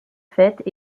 fêtes